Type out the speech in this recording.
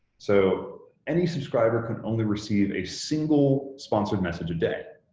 so any subscriber can only receive a single sponsored message a day,